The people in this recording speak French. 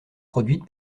produite